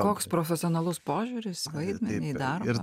koks profesionalus požiūris į vaidmenį į darbą